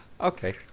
Okay